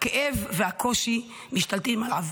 הכאב והקושי משתלטים עליו,